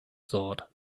thought